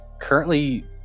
currently